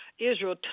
Israel